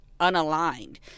unaligned